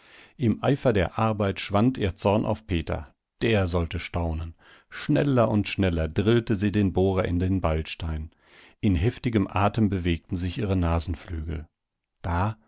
im eifer der arbeit schwand ihr zorn auf peter der sollte staunen schneller und schneller drillte sie den bohrer in den beilstein in heftigem atem bewegten sich ihre nasenflügel da